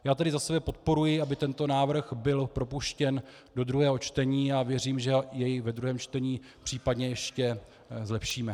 Já tady za sebe podporuji, aby tento návrh byl propuštěn do druhého čtení, a věřím, že jej ve druhém čtení případně ještě zlepšíme.